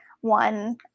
One